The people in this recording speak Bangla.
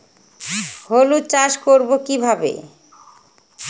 হলুদ চাষ করব কিভাবে?